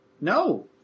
No